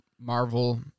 Marvel